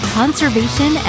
conservation